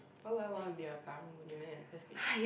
oh well want to be a Karang-Guni man and first be